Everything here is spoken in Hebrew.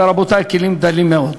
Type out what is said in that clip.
ורבותי, הכלים דלים מאוד.